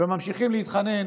ואתם ממשיכים להתחנן